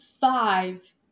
five